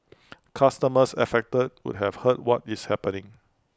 customers affected would have heard what is happening